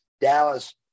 Dallas